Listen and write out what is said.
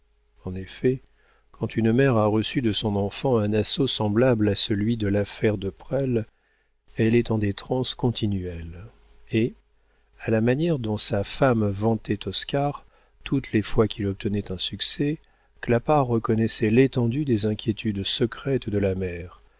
en effet quand une mère a reçu de son enfant un assaut semblable à celui de l'affaire de presles elle est en des transes continuelles et à la manière dont sa femme vantait oscar toutes les fois qu'il obtenait un succès clapart reconnaissait l'étendue des inquiétudes secrètes de la mère